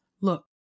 look